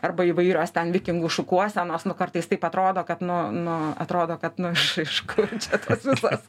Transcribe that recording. arba įvairios ten vikingų šukuosenos nu kartais taip atrodo kad nu nu atrodo kad nu iš iš kur čia tos visos